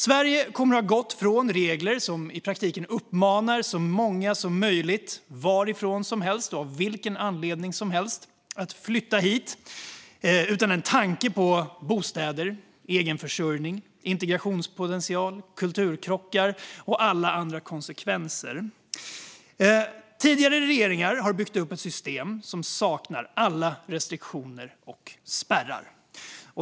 Sverige kommer att ha gått från regler som i praktiken uppmanar så många som möjligt, varifrån som helst och av vilken anledning som helst, att flytta hit utan en tanke på bostäder, egen försörjning, integrationspotential, kulturkrockar och alla andra konsekvenser. Tidigare regeringar har byggt upp ett system som saknar alla restriktioner och spärrar.